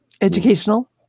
educational